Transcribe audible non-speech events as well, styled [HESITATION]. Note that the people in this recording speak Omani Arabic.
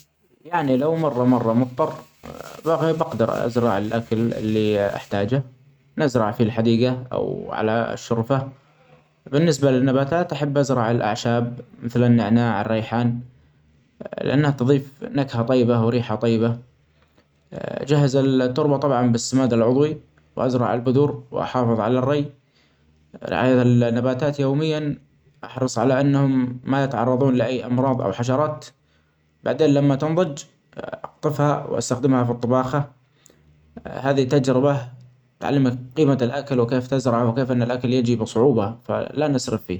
يعني لو مرة مرة مضطر ، [HESITATION] بقدر أزرع الأكل اللي أحتاجه نزرع في الحديجة أو علي الشرفة ، بالنسبة للنباتات أحب أ|زرع الأعشاب مثل النعناع ، الريحان لأنها تظيف نكهه طيبة وريحة طيبة [HESITATION] أجهز ال-التربة طبعا بالسماد العضوي ، وأزرع البذور أحافظ علي الري [HESITATION] علي النباتات يوميا أحرص علي أنهم ما يتعرضون لأي أمراض أو حشرات بعدين لما تنضج أقطفها وأستخدمها في الطباخة هذه تجربة تعلمك قيمة الأكل وكيف تزرع ، وكيف أن الأكل يجي بصعوبة ف-لا نسرف فية.